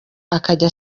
akajya